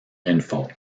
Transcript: info